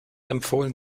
empfohlen